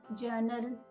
journal